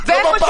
לא בפארקים?